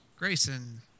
Grayson